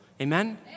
Amen